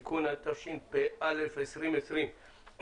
(תיקון), התשפ"א-2020.